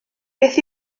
beth